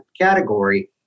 category